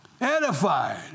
edified